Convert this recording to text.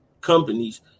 companies